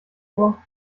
vor